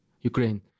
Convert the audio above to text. Ukraine